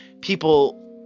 people